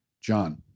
John